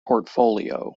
portfolio